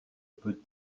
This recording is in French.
peut